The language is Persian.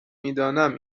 میدانم